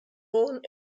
born